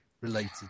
related